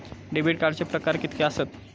Debit कार्डचे प्रकार कीतके आसत?